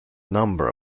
number